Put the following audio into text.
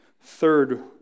third